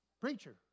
preacher